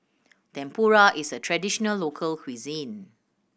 tempura is a traditional local cuisine